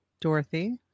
Dorothy